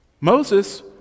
Moses